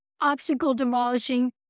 obstacle-demolishing